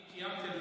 אני קיימתי,